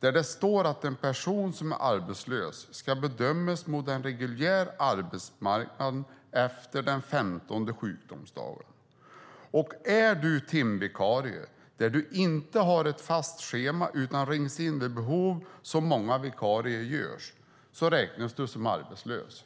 där det står att en person som är arbetslös ska bedömas mot den reguljära arbetsmarknaden efter den femtonde sjukdomsdagen. Är du timvikarie och inte har ett fast schema utan rings in vid behov, som det är för många vikarier, räknas du som arbetslös.